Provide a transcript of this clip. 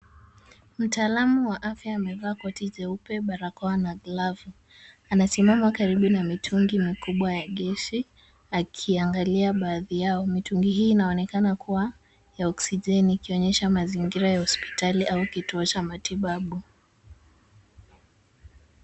Mtaalam wa afya amevaa koti jeupe, barakoa na glavu. Anasimama karibu na mitungi mikubwa ya gesi akiangalia baadhi yao. Mitungi hii inaonekana kuwa ya oxygen ikionyesha mazingira ya hospitali au kituo cha matibabu.